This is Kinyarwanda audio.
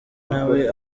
nawe